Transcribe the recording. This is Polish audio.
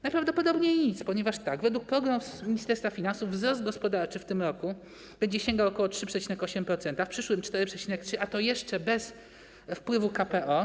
Najprawdopodobniej nic, ponieważ według prognoz Ministerstwa Finansów wzrost gospodarczy w tym roku będzie sięgał ok. 3,8%, w przyszłym - 4,3%, a to jeszcze bez wpływu KPO.